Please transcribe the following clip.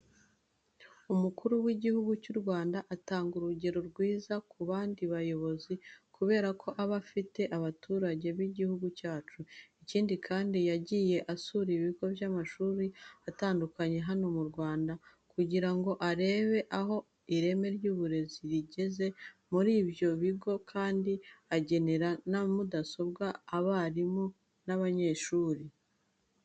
Umukuru w'Igihugu cy'u Rwanda atanga urugero rwiza ku bandi bayobozi kubera ko aba hafi abaturage b'igihugu cyacu. Ikindi kandi, yagiye asura ibigo by'amashuri atandukanye hano mu Rwanda kugira ngo arebe aho ireme ry'uburezi rigeze muri ibyo bigo kandi agenera na mudasobwa abarimu n'abanyeshuri.